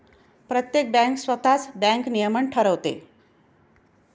प्रत्येक बँक स्वतःच बँक नियमन ठरवते